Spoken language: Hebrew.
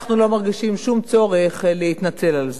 אנחנו לא מרגישים שום צורך להתנצל על זה.